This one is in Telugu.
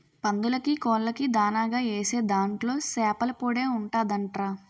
పందులకీ, కోళ్ళకీ దానాగా ఏసే దాంట్లో సేపల పొడే ఉంటదంట్రా